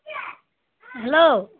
hello